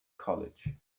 college